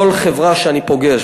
כל חברה שאני פוגש,